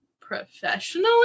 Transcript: professionally